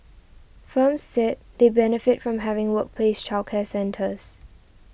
firms said they benefit from having workplace childcare centres